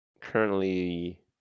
currently